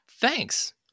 Thanks